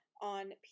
on